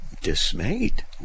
dismayed